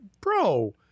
bro